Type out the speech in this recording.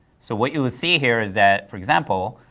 so what you would see here is that, for example,